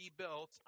rebuilt